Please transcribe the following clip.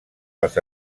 als